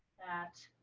that